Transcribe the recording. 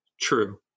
True